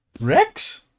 Rex